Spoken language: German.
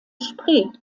spree